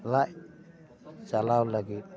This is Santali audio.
ᱞᱟᱡᱽ ᱪᱟᱞᱟᱣ ᱞᱟᱹᱜᱤᱫ